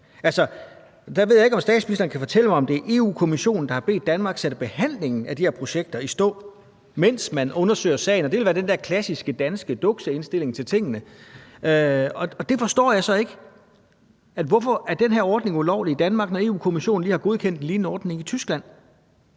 ved jeg ikke, om statsministeren kan fortælle mig, om det er Europa-Kommissionen, der har bedt Danmark sætte behandlingen af de her projekter i stå, mens man undersøger sagen. Det ville være den her klassiske danske dukseindstilling til tingene, og jeg forstår ikke, hvorfor den her ordning er ulovlig i Danmark, når Europa-Kommissionen lige har godkendt en lignende ordning i Tyskland.